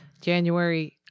January